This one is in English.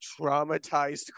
traumatized